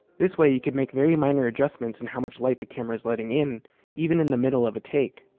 this way, you could make very minor adjustments in how much light the camera is letting in even in the middle of a take